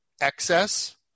excess